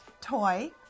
toy